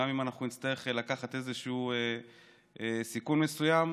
גם אם נצטרך לקחת איזשהו סיכון מסוים,